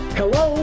hello